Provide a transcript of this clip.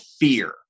fear